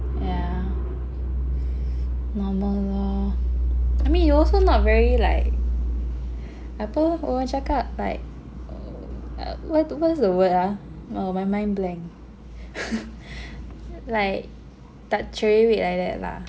yeah normal lah I mean you also not very like apa orang cakap like err what is the word ah oh main main blank like tak cerewet like that lah